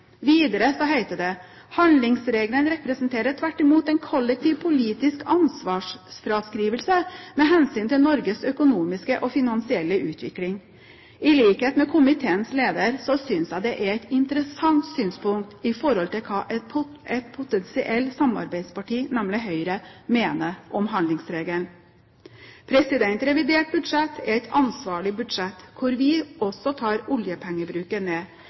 Videre heter det: «Handlingsregelen representerer tvert imot en kollektiv politisk ansvarsfraskrivelse mht. Norges økonomiske og finansielle utvikling.» I likehet med komiteens leder synes jeg det er et interessant synspunkt i forhold til hva et potensielt samarbeidsparti, nemlig Høyre, mener om handlingsregelen. Revidert budsjett er et ansvarlig budsjett, der vi også tar oljepengebruken ned.